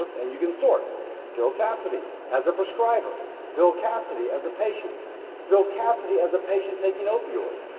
and you can sort bill cassidy as a prescriber bill cassidy as a patient bill cassidy as a patient taking opioids.